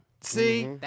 See